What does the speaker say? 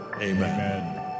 amen